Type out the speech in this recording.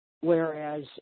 Whereas